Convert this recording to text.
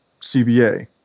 CBA